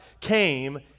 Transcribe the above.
came